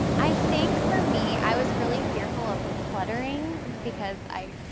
i think for me. i was really fearful of cluttering because i